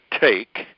take